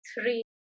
three